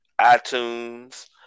iTunes